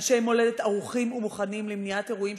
אנשי מולדת ערוכים ומוכנים למניעת אירועים